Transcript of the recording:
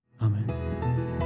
Amen